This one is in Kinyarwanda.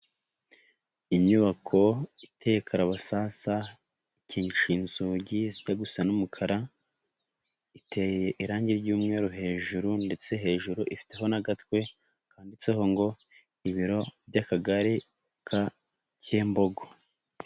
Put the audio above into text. Inyubako itekakara abasasa kinsha inzugi zijya gusa n'umukara, iteye irangi ry'umweru hejuru ndetse hejuru ifiteho n'agatwe, Kanditseho ngo ibiro by'Akagari ka Kembogo.